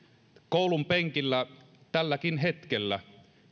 koulunpenkillä tälläkin hetkellä